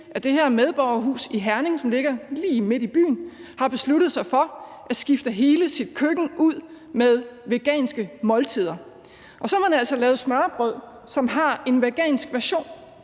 det her medborgerhus i Herning, som ligger lige midt i byen, har besluttet sig for at skifte hele sit køkken ud med veganske måltider. Og så har man altså lavet smørrebrød, som har en vegansk version.